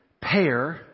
pair